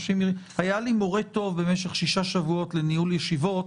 היה לי מורה טוב במשך שישה שבועות לניהול ישיבות,